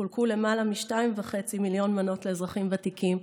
חולקו למעלה מ-2.5 מיליון מנות לאזרחים ותיקים,